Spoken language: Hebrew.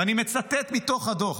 ואני מצטט מתוך הדוח: